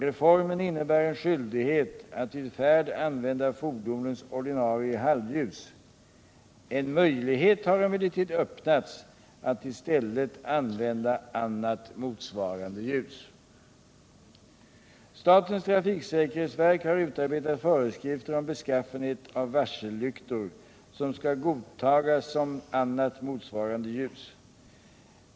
Reformen innebär en skyldighet att vid färd använda fordonens ordinarie halvljus. En möjlighet har emellertid öppnats att i stället använda ”annat motsvarande ljus”. Statens trafiksäkerhetsverk har utarbetat föreskrifter om beskaffenheten av varsellyktor som skall godtagas som ”annat motsvarande ljus”.